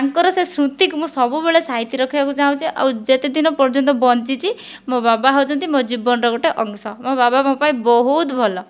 ତାଙ୍କର ସେ ସ୍ମୃତିକୁ ମୁଁ ସବୁବେଳେ ସାଇତି ରଖିବାକୁ ଚାହୁଁଛି ଆଉ ଯେତେ ଦିନ ପର୍ଯ୍ୟନ୍ତ ବଞ୍ଚିଛି ମୋ' ବାବା ହେଉଛନ୍ତି ମୋ' ଜୀବନର ଗୋଟିଏ ଅଂଶ ମୋ' ବାବା ମୋ' ପାଇଁ ବହୁତ ଭଲ